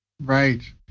Right